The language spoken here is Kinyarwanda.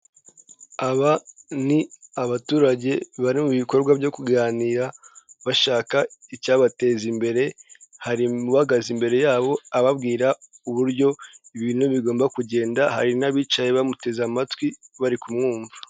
Aba ni abaturage bari mu bikorwa byo kuganira bashaka icyabateza imbere hari uhagaze imbere yabo ababwira uburyo ibintu bigomba kugenda hari n'abicaye bamuteze amatwi bari kumwumva.